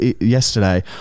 yesterday